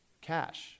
cash